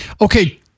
Okay